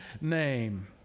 name